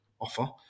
Offer